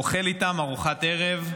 אוכל איתם ארוחת ערב.